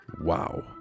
Wow